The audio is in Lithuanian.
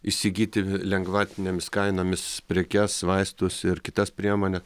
įsigyti lengvatinėmis kainomis prekes vaistus ir kitas priemone